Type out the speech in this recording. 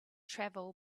travel